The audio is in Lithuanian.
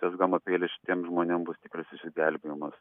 tas gama peilis šitiems žmonėm bus tikras išsigelbėjimas